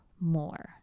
more